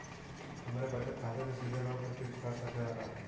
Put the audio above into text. हमरे बचत खाते से सीधे लोन क किस्त कट सकेला का?